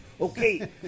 Okay